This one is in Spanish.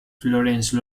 florence